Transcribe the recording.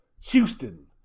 Houston